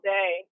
day